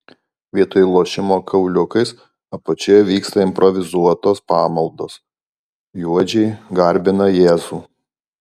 vietoj lošimo kauliukais apačioje vyksta improvizuotos pamaldos juodžiai garbina jėzų